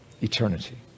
eternity